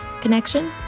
Connection